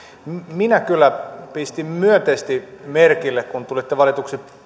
minä kyllä pistin myönteisesti merkille kun tulitte valituksi